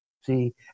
see